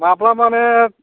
माब्ला माने